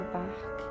back